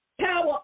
Power